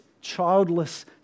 childless